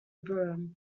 broom